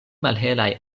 malhelaj